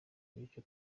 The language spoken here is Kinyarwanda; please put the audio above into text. bityo